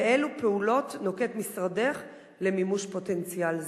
ואילו פעולות נוקט משרדך למימוש פוטנציאל זה?